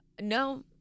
No